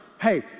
hey